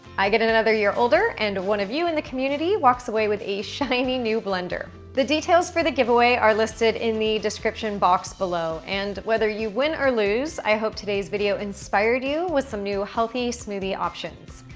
i get another year older and one of you in the community walks away with a shiny new blender. the details for the giveaway are listed in the description box below and whether you win or lose, lose, i hope today's video inspired you with some new healthy smoothie options.